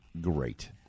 Great